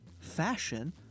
fashion